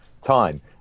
time